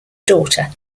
daughter